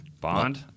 Bond